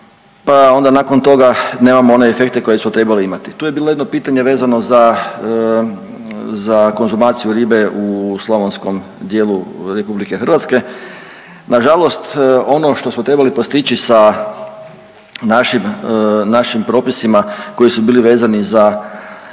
pa onda nakon toga nemamo one efekte koje smo trebali imati. Tu je bilo jedno pitanje vezano za, za konzumaciju ribe u slavonskom dijelu RH. Nažalost ono što smo trebali postići sa našim, našim propisima koji su bili vezani za,